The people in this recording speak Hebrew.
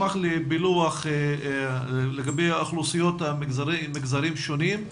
אשמח לפילוח לגבי האוכלוסיות והמגזרים השונים,